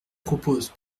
propose